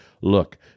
Look